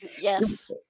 yes